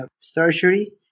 surgery